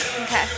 Okay